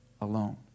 alone